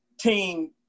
team